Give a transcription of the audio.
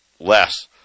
Less